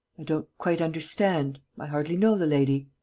i don't quite understand. i hardly know the lady.